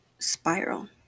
spiral